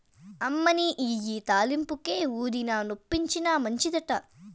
అమ్మనీ ఇయ్యి తాలింపుకే, ఊదినా, నొప్పొచ్చినా మంచిదట